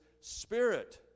Spirit